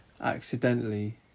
accidentally